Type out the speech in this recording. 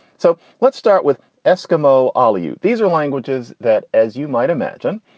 so let's start with eskimo ah aliyu. these are languages that, as you might imagine,